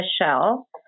michelle